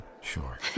sure